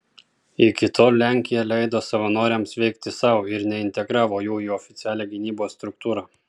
iki tol lenkija leido savanoriams veikti sau ir neintegravo jų į oficialią gynybos struktūrą